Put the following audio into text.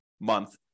month